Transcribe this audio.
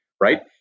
right